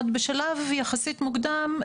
עוד בשלב יחסית מוקדם,